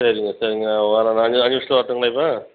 சரிங்க சரிங்க நான் வரேன் நான் அஞ்சு அஞ்சு நிமிஷத்தில் வரட்டுங்களா இப்போ